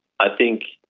i think